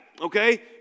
okay